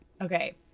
Okay